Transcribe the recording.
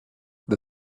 the